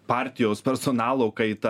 partijos personalo kaita